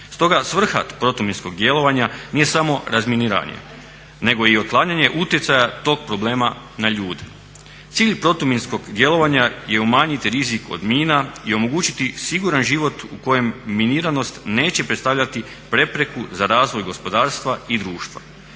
Stoga svrha protuminskog djelovanja nije samo razminiravanje nego i otklanjanje utjecaja tog problema na ljude. Cilj protuminskog djelovanja je umanjiti rizik od mina i omogućiti siguran život u kojem miniranost neće predstavljati prepreku za razvoj gospodarstva i društva,